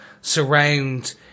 surround